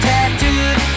Tattooed